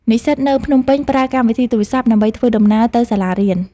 និស្សិតនៅភ្នំពេញប្រើកម្មវិធីទូរសព្ទ ដើម្បីធ្វើដំណើរទៅសាលារៀន។